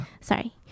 Sorry